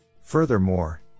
Furthermore